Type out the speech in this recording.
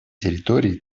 территории